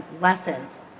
lessons